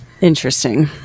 Interesting